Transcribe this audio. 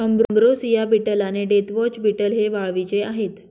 ambrosia beetle आणि deathwatch beetle हे वाळवीचे आहेत